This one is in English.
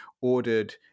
ordered